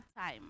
time